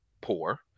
poor